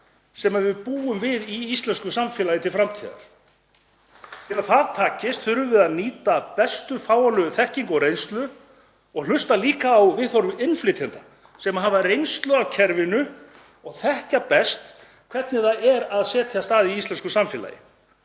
sem við búum við í íslensku samfélagi til framtíðar. Til að það takist þurfum við að nýta bestu fáanlegu þekkingu og reynslu og hlusta líka á viðhorf innflytjenda sem hafa reynslu af kerfinu og þekkja best hvernig það er að setjast að í íslensku samfélagi,